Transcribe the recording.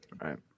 right